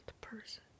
person